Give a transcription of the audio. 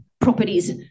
Properties